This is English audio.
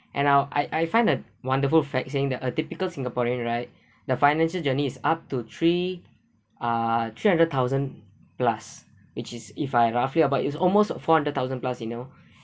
and I'll I I find a wonderful fact sing~ that a typical singaporean right the financial journey is up to three uh three hundred thousand plus which is if I roughly about it's almost four hundred thousand plus you know